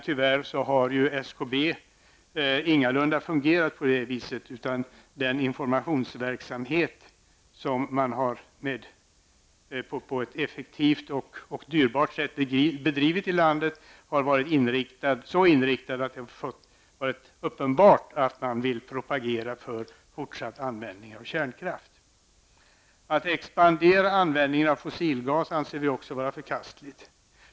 Tyvärr har SKB ingalunda fungerat så, utan den informationsverksamhet som man på ett effektivt och dyrbart sätt har bedrivit i landet har varit så inriktad att det har varit uppenbart att man velat propagera för fortsatt användning av kärnkraft. Att expandera användningen av fossilgas anser vi också vara förkastligt.